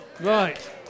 Right